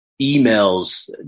emails